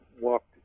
walked